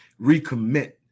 recommit